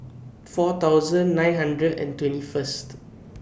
four thousand nine hundred and twenty First